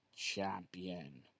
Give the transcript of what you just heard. champion